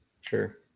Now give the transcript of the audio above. Sure